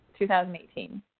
2018